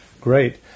Great